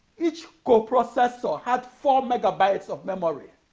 each co-processor had four megabytes of memory.